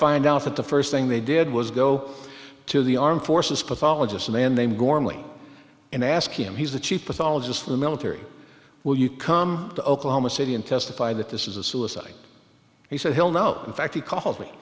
find out that the first thing they did was go to the armed forces pathologist and they gormley and ask him he's the chief pathologist for the military will you come to oklahoma city and testify that this is a suicide he said hell no in fact he called me